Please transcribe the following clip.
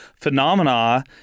phenomena